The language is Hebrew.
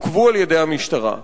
עוכבו על-ידי המשטרה.